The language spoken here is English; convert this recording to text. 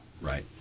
right